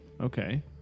okay